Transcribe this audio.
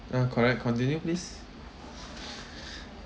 uh correct continue please